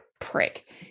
prick